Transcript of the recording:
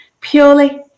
purely